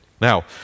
Now